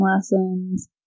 lessons